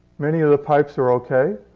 many of the pipes are okay.